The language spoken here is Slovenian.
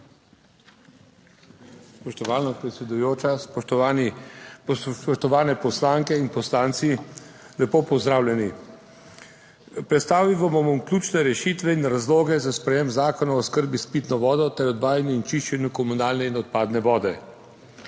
Spoštovana predsedujoča, spoštovani, spoštovane poslanke in poslanci, lepo pozdravljeni! Predstavil vam bom ključne rešitve in razloge za sprejem Zakona o oskrbi s pitno vodo ter odvajanju in čiščenju komunalne in odpadne vode.